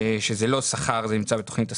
שזה לא שכר, זה נמצא בתוכנית השכר.